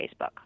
Facebook